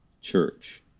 church